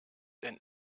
denn